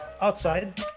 outside